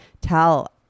tell